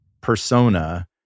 persona